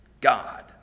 god